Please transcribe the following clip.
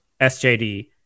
SJD